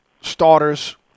starters